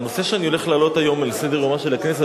הנושא שאני הולך להעלות היום על סדר-יומה של הכנסת,